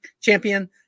champion